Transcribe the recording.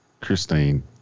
Christine